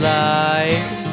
life